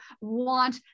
want